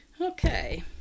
Okay